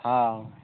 ହଁ